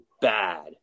bad